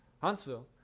Huntsville